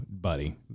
buddy